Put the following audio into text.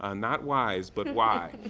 ah not y's, but why.